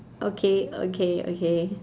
okay okay okay